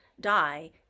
die